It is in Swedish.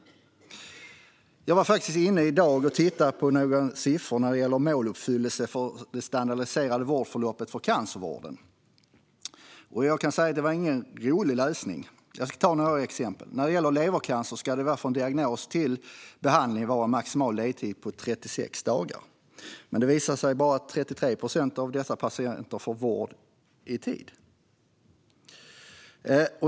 Jag tittade faktiskt i dag på några siffror när det gäller måluppfyllelsen för de standardiserade vårdförloppen för cancervården. Och jag kan säga att det inte var någon rolig läsning. Jag ska ta några exempel. När det gäller levercancer ska det från diagnos till behandling vara en maximal ledtid på 36 dagar. Men det visar sig att bara 33 procent av dessa patienter får vård i tid.